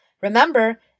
Remember